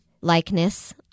likeness